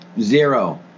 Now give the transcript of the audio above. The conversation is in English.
zero